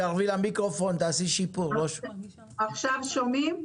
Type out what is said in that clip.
עכשיו שומעים?